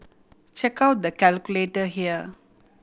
check out the calculator here